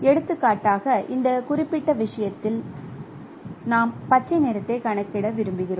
எடுத்துக்காட்டாக இந்த குறிப்பிட்ட விஷயத்தில் நாம் பச்சை நிறத்தை கணக்கிட விரும்புகிறோம்